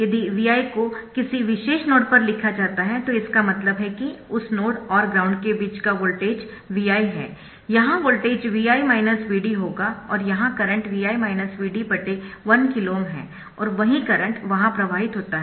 यदि Vi को किसी विशेष नोड पर लिखा जाता है तो इसका मतलब है कि उस नोड और ग्राउंड के बीच का वोल्टेज Vi है यहाँ वोल्टेज Vi Vd होगा और यहाँ करंट Vi Vd 1KΩ है और वही करंट वहाँ प्रवाहित होता है